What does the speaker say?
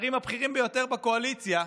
השרים הבכירים ביותר בקואליציה,